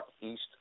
East